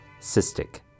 cystic